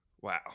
wow